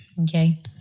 Okay